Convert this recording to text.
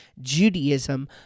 Judaism